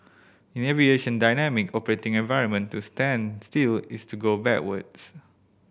in aviation dynamic operating environment to stand still is to go backwards